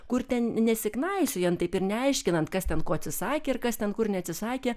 kur ten nesiknaisiojant taip ir neaiškinant kas ten ko atsisakė ir kas ten kur neatsisakė